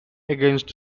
against